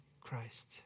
Christ